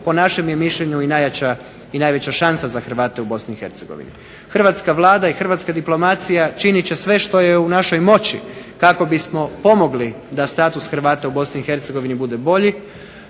po našem je mišljenju i najjača, i najveća šansa za Hrvate u Bosni i Hercegovini. Hrvatska Vlada i hrvatska diplomacija činit će sve što je u našoj moći kako bismo pomogli da status Hrvata u Bosni